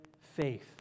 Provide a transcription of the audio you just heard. faith